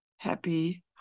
happy